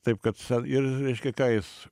taip kad ir reiškia ką jis